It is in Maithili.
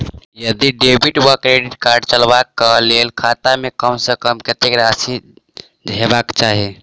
यदि डेबिट वा क्रेडिट कार्ड चलबाक कऽ लेल खाता मे कम सऽ कम कत्तेक राशि हेबाक चाहि?